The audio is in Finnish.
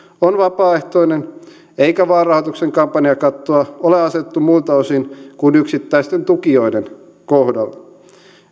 on vapaaehtoinen eikä vaalirahoituksen kampanjakattoa ole asetettu muilta osin kuin yksittäisten tukijoiden kohdalla